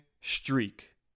streak